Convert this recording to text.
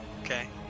Okay